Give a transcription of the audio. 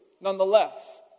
nonetheless